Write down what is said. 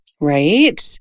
Right